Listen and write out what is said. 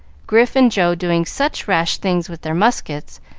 grif and joe doing such rash things with their muskets,